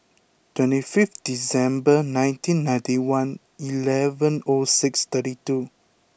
twenty five December nineteen ninety one eleven O six thirty two